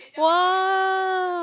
!wah!